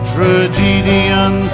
Tragedian